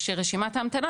כשרשימת ההמתנה,